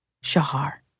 Shahar